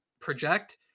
project